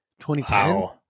2010